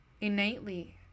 Innately